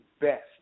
best